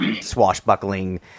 swashbuckling